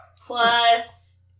Plus